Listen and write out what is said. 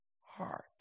heart